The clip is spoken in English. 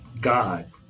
God